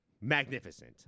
magnificent